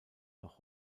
noch